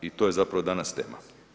I to je zapravo danas tema.